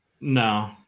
no